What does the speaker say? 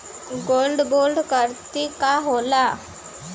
Gold bond करतिं का होला?